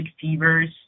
fevers